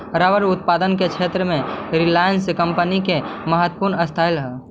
rubber उत्पादन के क्षेत्र में रिलायंस कम्पनी के महत्त्वपूर्ण स्थान हई